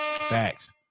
Facts